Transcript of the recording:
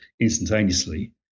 instantaneously